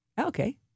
Okay